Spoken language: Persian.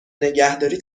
نگهداری